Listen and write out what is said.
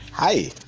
Hi